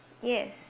yes